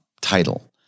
title